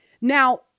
Now